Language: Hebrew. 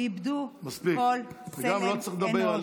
איבדו כל צלם אנוש.